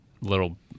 little